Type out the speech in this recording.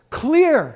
clear